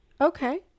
Okay